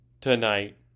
tonight